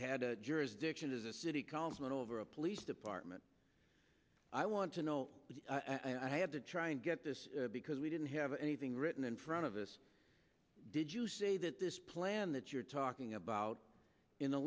had jurisdiction of the city columns and over a police department i want to know but i have to try and get this because we didn't have anything written in front of us did you say that this plan that you're talking about in the